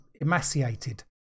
emaciated